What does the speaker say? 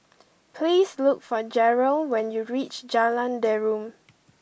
please look for Jerrell when you reach Jalan Derum